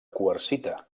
quarsita